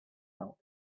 held